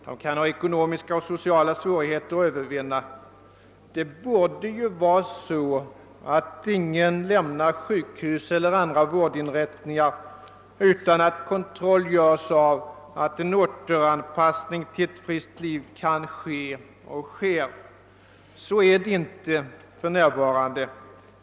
De kan ha ekonomiska och sociala svårigheier att övervinna. Det borde vara så att ingen lämnade sjukhus eller andra vårdinrättningar utan att kontroll göres av att en återanpassning till normalt liv kan ske och sker. Så är det inte för närvarande.